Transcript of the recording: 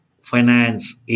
finance